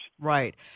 Right